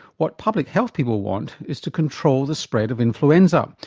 what public health people want is to control the spread of influenza.